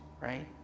right